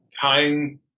tying